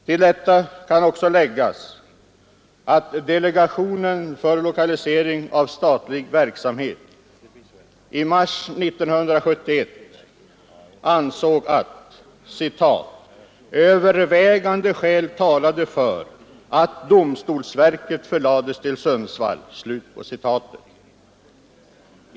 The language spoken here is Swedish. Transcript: Till detta kan också läggas att delegationen för lokalisering av statlig verksamhet i mars 1971 ansåg att ”övervägande skäl talade för att domstolsverket förlades till Sundsvall”.